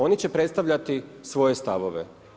Oni će predstavljati svoje stavove.